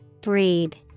Breed